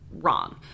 wrong